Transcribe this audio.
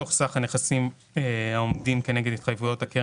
"(ג)מתוך סך כל הנכסים העומדים כנגד התחייבויות הקרן